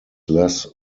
less